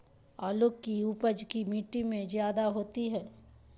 आलु की उपज की मिट्टी में जायदा होती है?